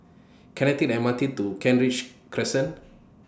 Can I Take The M R T to Kent Ridge Crescent